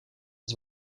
het